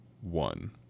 one